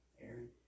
Aaron